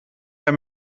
herr